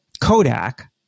Kodak